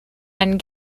and